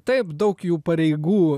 taip daug jų pareigų